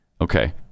Okay